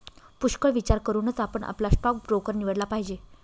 पुष्कळ विचार करूनच आपण आपला स्टॉक ब्रोकर निवडला पाहिजे